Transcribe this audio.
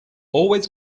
always